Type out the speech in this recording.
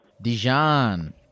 Dijon